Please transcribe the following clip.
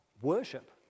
worship